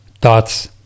thoughts